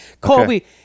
Colby